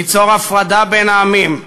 ליצור הפרדה בין העמים,